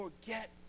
forget